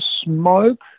smoke